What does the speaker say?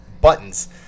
buttons